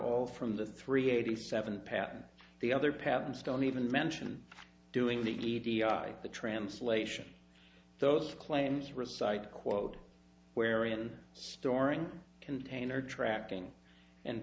all from the three eighty seven patent the other patent stone even mention doing the the translation of those claims recite quote wherein storing container tracking and